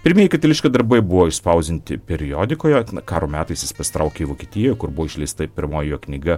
pirmieji katiliškio darbai buvo išspausdinti periodikoje karo metais jis pasitraukė į vokietiją kur buvo išleista pirmoji jo knyga